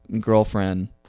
girlfriend